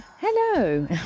hello